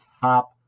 top